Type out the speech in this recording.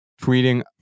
tweeting